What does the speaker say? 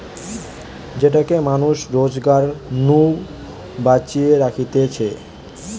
যে টাকা মানুষ রোজগার নু বাঁচিয়ে রাখতিছে